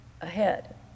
ahead